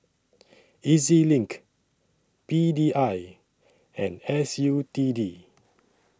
E Z LINK P D I and S U T D